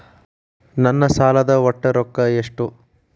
ನನ್ನ ಸಾಲದ ಒಟ್ಟ ರೊಕ್ಕ ಎಷ್ಟು?